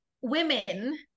women